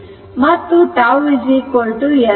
ಮತ್ತು τ LRThevenin ಆಗಿದೆ